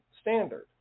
standard